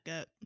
up